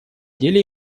деле